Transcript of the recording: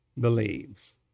believes